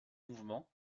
mouvements